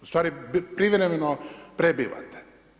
Ustvari privremeno prebivate.